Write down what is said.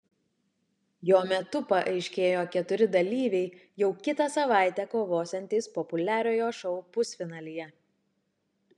jo metu paaiškėjo keturi dalyviai jau kitą savaitę kovosiantys populiariojo šou pusfinalyje